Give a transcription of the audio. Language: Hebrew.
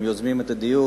אם יוזמים את הדיון,